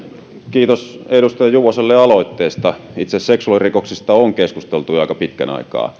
kiitos edustaja juvoselle aloitteesta itse asiassa seksuaalirikoksista on keskusteltu jo aika pitkän aikaa